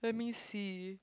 let me see